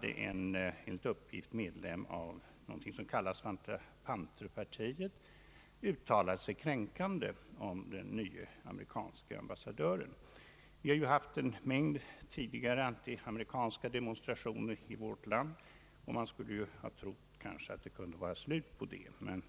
den 11 februari uttalat sig kränkande om den nye amerikanske ambassadören. Vi har ju tidigare haft en mängd antiamerikanska demonstrationer i vårt land, och man skulle kanske ha kunnat hoppas att det var slut med sådana.